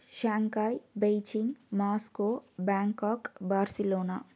Shanghai Beijing Moscow Bangkok Barcelona